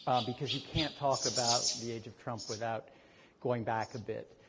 um because you can't talk about the age of trump without going back a bit,